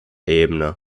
ebene